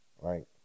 Right